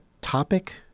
topic